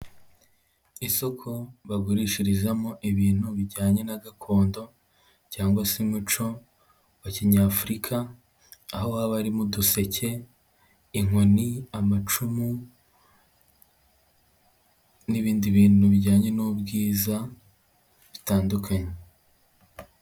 Isoko bagurishirizamo ibintu bijyanye na gakondo cyangwa se umuco wa kinyafurika, aho haba harimo uduseke, inkoni, amacumu n'ibindi bintu bijyanye n'ubwiza bitandukanye.